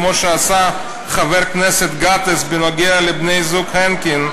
כמו שעשה חבר הכנסת גטאס בנוגע לבני-הזוג הנקין,